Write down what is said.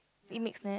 it mix nat